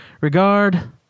regard